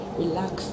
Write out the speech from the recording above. Relax